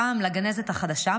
הפעם לגנזת החדשה,